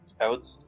out